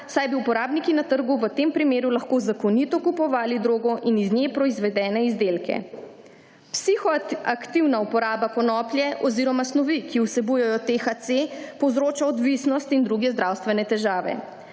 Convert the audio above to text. saj bi uporabniki na trgu v tem primeru lahko zakonito kupovali drogo in iz nje proizvedene izdelke. Psihoaktivna uporaba konoplje oziroma snovi, ki vsebujejo THC, povzroča odvisnost in druge zdravstvene težave.